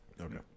Okay